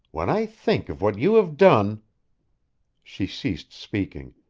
when i think of what you have done she ceased speaking,